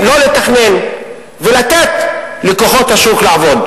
לתכנן ולתת לכוחות השוק לעבוד.